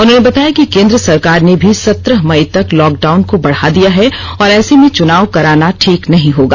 उन्होंने बताया कि केंद्र सरकार ने भी सत्रह मई तक लॉकडाउन को बढ़ा दिया है और ऐसे में चुनाव कराना ठीक नहीं होगा